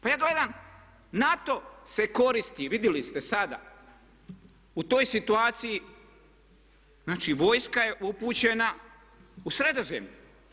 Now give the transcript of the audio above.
Pa ja gledam NATO se koristi vidjeli ste sada u toj situaciji znači vojska je upućena u Sredozemlje.